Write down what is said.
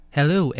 Hello